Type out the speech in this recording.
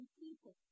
people